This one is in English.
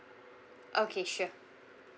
okay sure